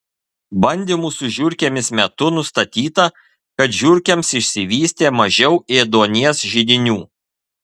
bandymų su žiurkėmis metu nustatyta kad žiurkėms išsivystė mažiau ėduonies židinių